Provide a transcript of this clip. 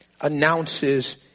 announces